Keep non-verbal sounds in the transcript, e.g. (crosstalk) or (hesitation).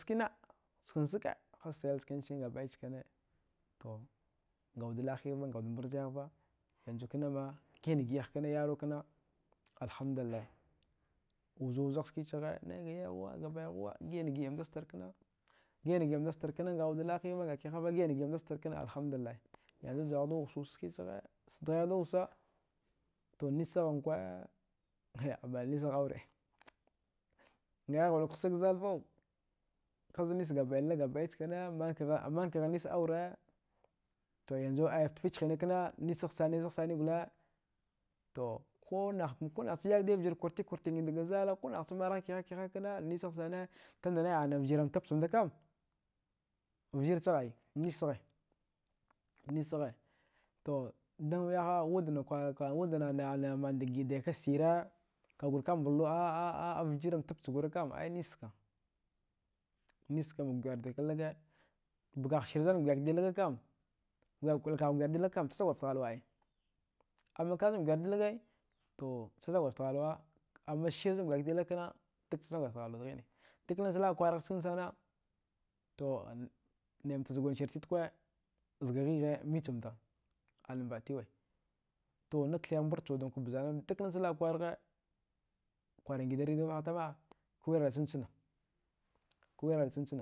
Sikena chkan zaka hasel chkin chkin gabɗai chkine tongawud lahighva ngawud mbarzighva yanzu kanama gi. ana gi. aghkana yarwa kna alhamdallai wuzuzugh skichaghe naiga yayghuwa naiga baighuwa gi. ana gi. amdastar kna, gi. ana giamdastar kna ngawud lahighva nga kihava gi. ana gi. amdastra kana alhamdullahi yanzu ja. awaghda wusu wusa skichagha daghaighda wusa to nischaghankwa (laughs) gabɗai amani nischagh aure ngaghigh blaka huchag zalvo haznis gabɗai chkine mankghi aure to yanzu aya ftafich hina kna nischag sani zagh sani gole tokunahcha yagdai vgirr kwarti kwartin dgazala kunahcha malha kihakihana nischagh sane tunda nai a vgirramtab chamdakam vgirchagh ai nischaghe, nischaghe to dan wiyaha wudna (hesitation) gidaikassira kagurka baldu vjirr mtabchgurkam ai nischka, nischka maguyardika laga bgagh sirzan guyakdi laga kam, dada kwiilkagh kuyardi lagakam chacham gwadjgaft ghalwa ai, amma kaghzan guyardi lagai to chacham gwadjgaft ghalwa amma sirzan guyakdi lagkna dak chacham gwadjgaft ghalwa dghine dak nachla karagh chkansana to nai mta zgunsir titkwa zga ghighe michamda ana mbatiwe to nakthaigh barchchwudankwa bzanana dak nachla kargha kwaran gidan radio vaha tama kuwire achanchana, kuwire achanchana